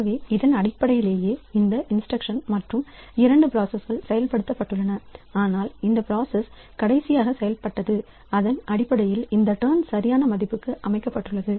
எனவே இதன் அடிப்படையிலேயே இந்த இன்ஸ்டிரக்ஷன் மற்றும் இரண்டு பிராசஸ் செயல்படுத்தப்பட்டுள்ளன ஆனால் எந்த பிராசஸ் கடைசியாக செயல்படுத்தப்பட்டது அதன் அடிப்படையில் இந்த டர்ன் சரியான மதிப்புக்கு அமைக்கப்பட்டுள்ளது